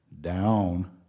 down